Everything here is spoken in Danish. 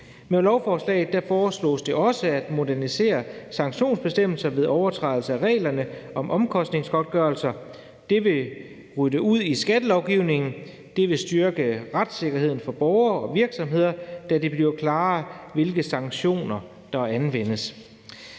Med lovforslaget foreslås det også at modernisere sanktionsbestemmelser ved overtrædelse af reglerne om omkostningsgodtgørelser. Det vil rydde ud i skattelovgivningen, og det vil styrke retssikkerheden for borgere og virksomheder, da det bliver klarere, hvilke sanktioner der anvendes.